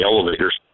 elevators